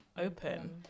open